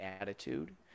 attitude